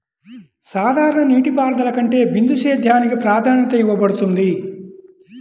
సాధారణ నీటిపారుదల కంటే బిందు సేద్యానికి ప్రాధాన్యత ఇవ్వబడుతుంది